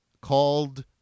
called